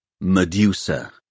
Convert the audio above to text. MEDUSA